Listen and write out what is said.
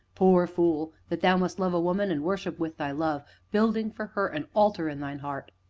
poor fool! that thou must love a woman and worship with thy love, building for her an altar in thine heart.